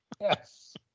Yes